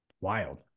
Wild